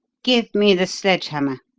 give me the sledge-hammer.